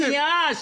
זה מפחיד אותם